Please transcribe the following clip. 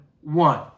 one